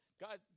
God